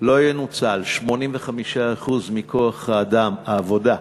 לא ינוצלו 85% מכוח העבודה,